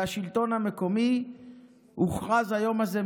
בשלטון המקומי הוכרז היום הזה,